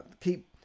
keep